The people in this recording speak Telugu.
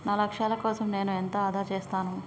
నా లక్ష్యాల కోసం నేను ఎంత ఆదా చేస్తాను?